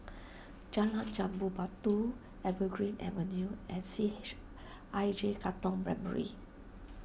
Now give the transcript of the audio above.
Jalan Jambu Batu Evergreen Avenue and C H I J Katong Primary